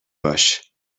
باش